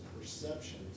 perception